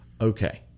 okay